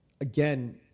again